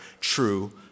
true